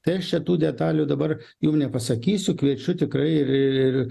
tai aš čia tų detalių dabar jums nepasakysiu kviečiu tikrai ir ir